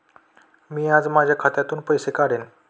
मी आज माझ्या खात्यातून पैसे काढेन